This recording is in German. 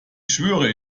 schwöre